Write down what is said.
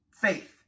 faith